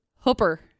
Hooper